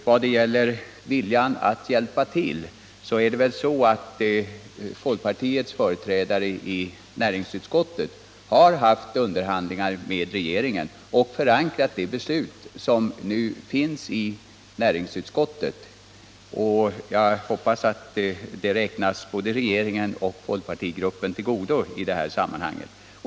Vad gäller viljan att hjälpa till kan jag framhålla att folkpartiets företrädare i näringsutskottet har haft underhandlingar med regeringen och förankrat det förslag till beslut som lagts fram i näringsutskottets betänkande. Jag hoppas att det räknas både regeringen och folkpartigruppen till godo i det här sammanhanget.